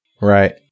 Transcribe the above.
Right